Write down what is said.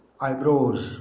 eyebrows